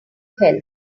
help